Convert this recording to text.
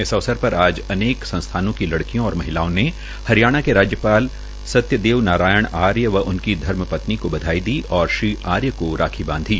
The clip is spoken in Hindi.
इस अवसर पर आज अनेक संस्थानों की लड़कियों और महिलाओं ने हरियाणा के राज्यपाल सत्यदेव नारायण आर्य व उनकी धर्मपत्नी को राखी बधाई दी और आर्य को राखी बांधी